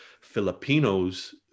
Filipinos